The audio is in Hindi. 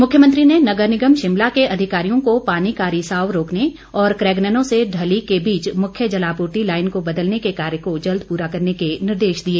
मुख्यमंत्री ने नगर निगम शिमला के अधिकारियों को पानी का रिसाव रोकने व कैगनेनो से ढली के बीच मुख्य जलापूर्ति लाईन को बदलने के कार्य को जल्द पूरा करने के निर्देश दिए